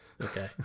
Okay